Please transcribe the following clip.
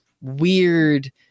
weird